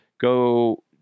Go